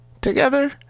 together